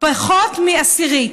פחות מעשירית.